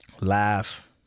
laugh